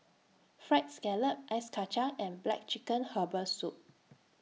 Fried Scallop Ice Kacang and Black Chicken Herbal Soup